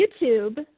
YouTube